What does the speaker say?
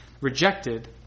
rejected